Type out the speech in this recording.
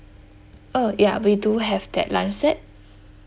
oh ya we do have that lunch set